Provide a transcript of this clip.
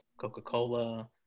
Coca-Cola